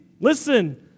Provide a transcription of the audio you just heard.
listen